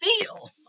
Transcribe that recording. feel